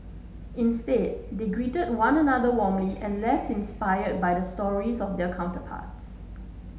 instead they greeted one another warmly and left inspired by the stories of their counterparts